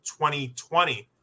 2020